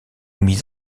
mises